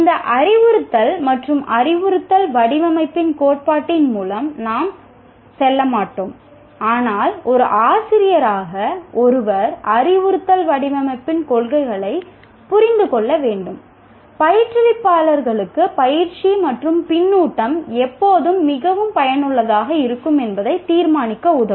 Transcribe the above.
இந்த அறிவுறுத்தல் மற்றும் அறிவுறுத்தல் வடிவமைப்பின் கோட்பாட்டின் மூலம் நாம் செல்லமாட்டோம் ஆனால் ஒரு ஆசிரியராக ஒருவர் அறிவுறுத்தல் வடிவமைப்பின் கொள்கைகளைப் புரிந்து கொள்ள வேண்டும் பயிற்றுவிப்பாளர்களுக்கு பயிற்சி மற்றும் பின்னூட்டம் எப்போது மிகவும் பயனுள்ளதாக இருக்கும் என்பதை தீர்மானிக்க உதவும்